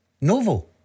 Novo